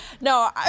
No